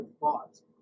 thoughts